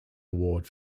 award